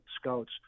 scouts